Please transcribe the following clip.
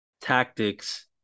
tactics